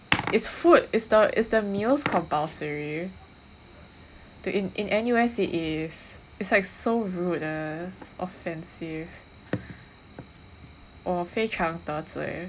it's food is the is the meals compulsory to in in N_U_S it is it's like so rude uh it's offensive 我非常得罪